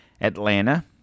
Atlanta